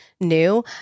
new